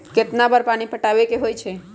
कितना बार पानी पटावे के होई छाई?